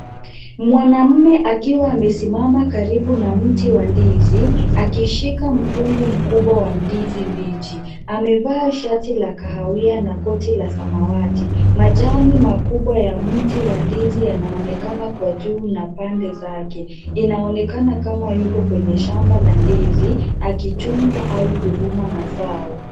Mwanaume akiwa amesimama karibu na mti wa ndizi akishika mkungu mkubwa wa ndizi mbichi. Amevaa shati la kahawia na koti la samawati. Majani makubwa ya mti wa ndizi yanaonekana kwa juu na pande zake. Inaonekana kama yuko katika shamba la ndizi akichunga ama kuvuna mazao.